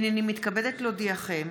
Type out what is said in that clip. הינני מתכבדת להודיעכם,